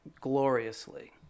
gloriously